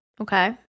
Okay